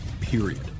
period